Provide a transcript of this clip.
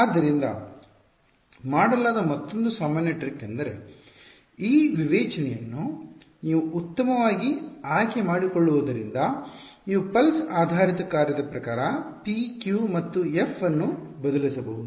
ಆದ್ದರಿಂದ ಮಾಡಲಾದ ಮತ್ತೊಂದು ಸಾಮಾನ್ಯ ಟ್ರಿಕ್ ಎಂದರೆ ಈ ವಿವೇಚನೆಯನ್ನು ನೀವು ಉತ್ತಮವಾಗಿ ಆಯ್ಕೆ ಮಾಡಿಕೊಳ್ಳುವುದರಿಂದ ನೀವು ಪಲ್ಸ್ ಆಧಾರಿತ ಕಾರ್ಯದ ಪ್ರಕಾರ p q ಮತ್ತು f ಅನ್ನು ಬದಲಿಸಬಹುದು